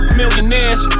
millionaires